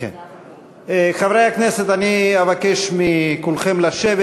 חברי הכנסת, אני אבקש מכולכם לשבת.